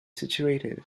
situated